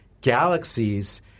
galaxies